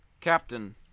Captain